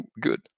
good